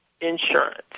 insurance